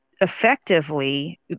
effectively